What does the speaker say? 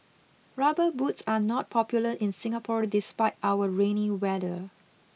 rubber boots are not popular in Singapore despite our rainy weather